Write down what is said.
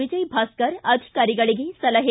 ವಿಜಯ ಭಾಸ್ಕರ್ ಅಧಿಕಾರಿಗಳಿಗೆ ಸಲಹೆ